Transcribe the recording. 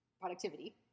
Productivity